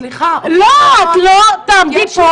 את לא תעמדי פה